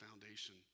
foundation